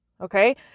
okay